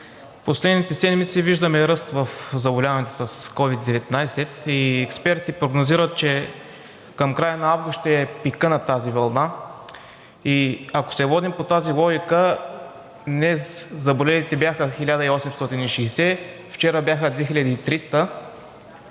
последните седмици виждаме ръст в заболяванията с COVID-19 и експерти прогнозират, че към края на август ще е пикът на тази вълна. Ако се водим по тази логика, днес заболелите бяха 1860, вчера бяха 2300